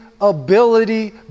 ability